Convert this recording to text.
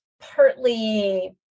partly